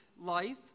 life